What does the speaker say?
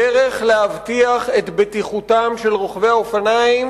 הדרך להבטיח את בטיחותם של רוכבי האופניים